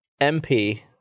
MP